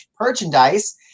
merchandise